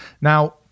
Now